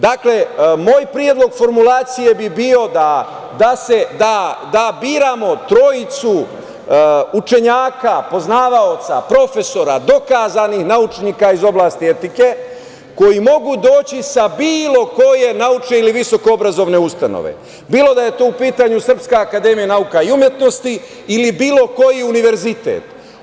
Dakle, moj predlog formulacije bi bio da biramo trojicu poznavaoca, profesora, dokazanih naučnika iz oblasti etike koji mogu doći sa bilo koje naučne ili visokoobrazovne ustanove, bilo da je to u pitanju Srpska akademija, nauka i umetnosti, ili bilo koji univerzitet.